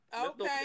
Okay